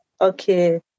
Okay